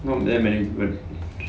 not that many death case